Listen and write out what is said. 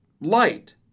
light